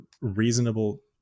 reasonable